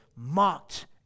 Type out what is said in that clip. mocked